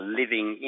living